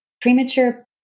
Premature